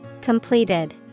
Completed